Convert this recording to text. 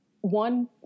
one